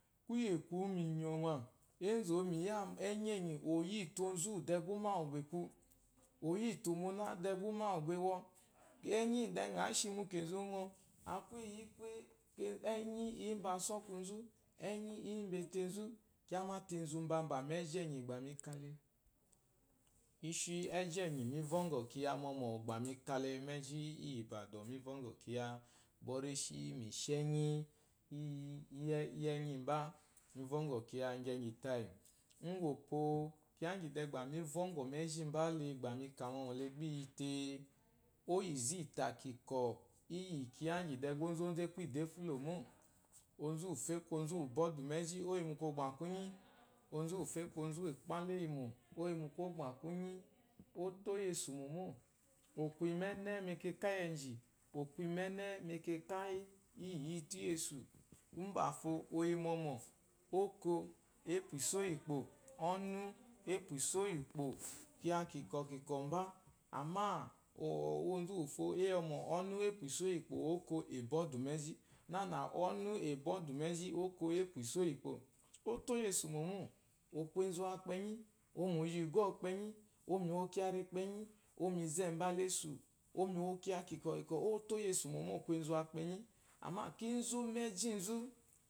Kuye kuyi mu minyɔma, enzu miya enyi enye oyitu de onzu ɔkwɔ ume awuaku ayiti muna de umewu bwɔkwɔ awɔ enyi le ngha shi mu kenzu ngɔ aku enyi yi mba asokwuzu enyi iyi mbetenzu kyamate enzu mbamba eji enyi ba mika le ishi ejinyimi vongo kuja momo kiya bwɔreshi mi shi enyi iyi enyimba mi vɔngɔ kiya nyenyi tayi ugopo kiya de gba mi vongo mejimba bwɔ mika mɔmɔ le gba iyite oyi ize ita kwokwo de gba ozunzu aku idu efulo mo onzu uwufo akuubwɔdu meji eyimu kwogba onzu wufo aku onzu uwu kpala eyimo oyimu kwogba kunyi otowensu momo, imeme mekaka enji imene mekaka iyi iyitu yesumbafo oyimɔmɔ oko apwa iso iyi ukpo ɔnu apwa iso iji ukpo oko aku uwu bwɔdu meji nana ɔnu a bwɔdu meji oko apwa is iyi ukpo olowensu mamo, oku enzu wa kpenyi kuma oyi ugwo ukpenyi owo kiya re lkpenyioyi menze bala ensu oyi mi wo kiya kenkwɔ kunkwɔ ototyesu mamo aku wakpenyi amma kenzu le mejinzu.